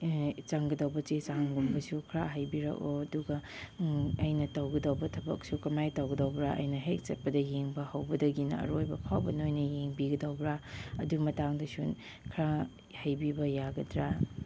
ꯆꯪꯒꯗꯧꯕ ꯆꯦ ꯆꯥꯡꯒꯨꯝꯕꯁꯨ ꯈꯔ ꯍꯥꯏꯕꯤꯔꯛꯑꯣ ꯑꯗꯨꯒ ꯑꯩꯅ ꯇꯧꯒꯗꯕ ꯊꯕꯛꯁꯨ ꯀꯃꯥꯏꯅ ꯇꯧꯒꯗꯕ꯭ꯔꯥ ꯑꯩꯅ ꯍꯦꯛ ꯆꯠꯄꯗꯩ ꯌꯦꯡꯕ ꯍꯧꯕꯗꯒꯤꯅ ꯑꯔꯣꯏꯕ ꯐꯥꯎꯕ ꯅꯣꯏꯅ ꯌꯦꯡꯕꯤꯒꯗꯧꯕ꯭ꯔꯥ ꯑꯗꯨ ꯃꯇꯥꯡꯗꯁꯨ ꯈꯔ ꯍꯥꯏꯕꯤꯕ ꯌꯥꯒꯗ꯭ꯔꯥ